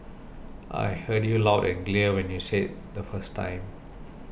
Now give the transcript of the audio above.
I heard you loud and clear when you said the first time